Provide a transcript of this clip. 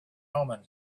omen